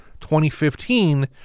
2015